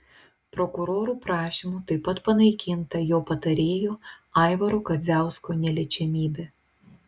prokurorų prašymu taip pat panaikinta jo patarėjo aivaro kadziausko neliečiamybė